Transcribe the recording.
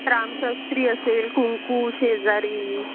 रामशास्त्री असेल कुंकू शेजारी